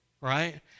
right